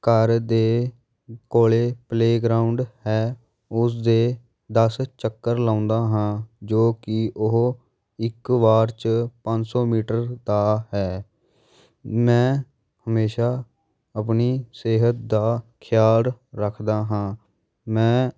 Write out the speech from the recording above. ਘਰ ਦੇ ਕੋਲੇ ਪਲੇ ਗਰਾਊਂਡ ਹੈ ਉਸ ਦੇ ਦਸ ਚੱਕਰ ਲਗਾਉਂਦਾ ਹਾਂ ਜੋ ਕਿ ਉਹ ਇੱਕ ਵਾਰ ਚ ਪੰਜ ਸੌ ਮੀਟਰ ਦਾ ਹੈ ਮੈਂ ਹਮੇਸ਼ਾ ਆਪਣੀ ਸਿਹਤ ਦਾ ਖਿਆਲ ਰੱਖਦਾ ਹਾਂ ਮੈਂ